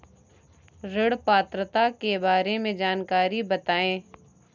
ऋण पात्रता के बारे में जानकारी बताएँ?